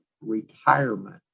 retirement